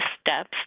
steps